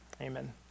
Amen